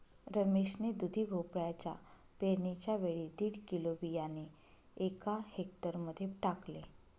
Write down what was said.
रमेश ने दुधी भोपळ्याच्या पेरणीच्या वेळी दीड किलो बियाणे एका हेक्टर मध्ये टाकले